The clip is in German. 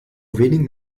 wenigen